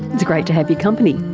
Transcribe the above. it's great to have your company.